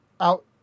out